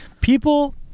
People